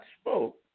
spoke